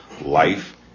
life